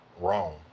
wrong